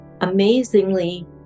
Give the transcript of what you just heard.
amazingly